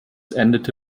endete